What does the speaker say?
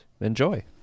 enjoy